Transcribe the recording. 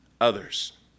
others